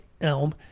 Elm